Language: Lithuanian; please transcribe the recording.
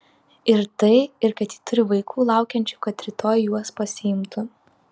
ir tai ir kad ji turi vaikų laukiančių kad rytoj juos pasiimtų